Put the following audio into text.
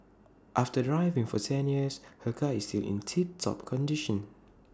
after driving for ten years her car is still in tip top condition